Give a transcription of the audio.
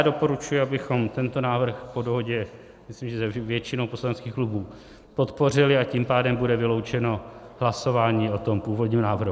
Doporučuji, abychom tento návrh po dohodě s většinou poslaneckých klubů podpořili, a tím pádem bude vyloučeno hlasování o tom původním návrhu.